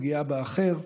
פגיעה באחר.